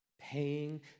Paying